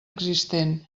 existent